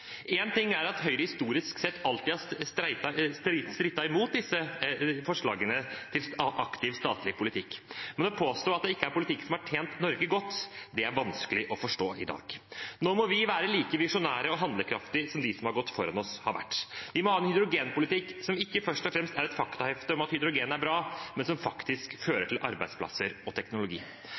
ting er at Høyre historisk sett alltid har strittet imot disse forslagene til aktiv statlig politikk, men å påstå at det ikke er politikk som har tjent Norge godt, er vanskelig å forstå i dag. Nå må vi være like visjonære og handlekraftige som de som har gått foran oss, har vært. Vi må ha en hydrogenpolitikk som ikke først og fremst er et faktahefte om at hydrogen er bra, men som faktisk fører til arbeidsplasser og teknologi.